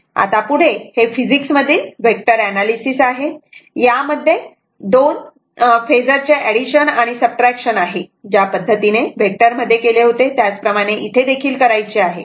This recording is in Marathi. आता पुढे हे फिजिक्स मधील वेक्टर एनालिसिस आहे यामध्ये 2 फेजर चे एडिशन आणि सबट्रॅक्शन आहे ज्या पद्धतीने वेक्टर मध्ये केले होते त्याच प्रमाणे इथे देखील करायचे आहे